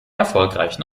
erfolgreichen